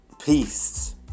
peace